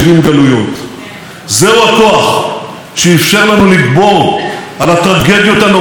זהו הכוח שאפשר לנו לגבור על הטרגדיות הנוראות שפקדו אותנו,